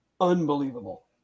unbelievable